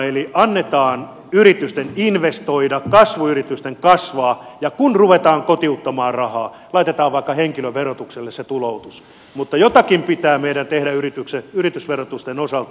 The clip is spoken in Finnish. eli annetaan yritysten investoida kasvuyritysten kasvaa ja kun ruvetaan kotiuttamaan rahaa laitetaan vaikka henkilöverotukselle se tuloutus mutta jotakin pitää meidän tehdä yritysverotuksen osalta